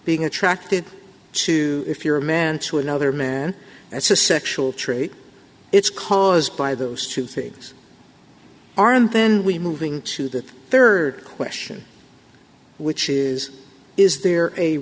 being attracted to if you're a man to another man that's a sexual trait it's caused by those two things are and then we moving to the rd question which is is there a